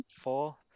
four